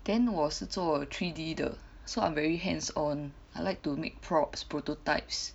then 我是做 three D 的 so I'm very hands on I like to make props prototypes